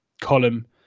column